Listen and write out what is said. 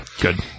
good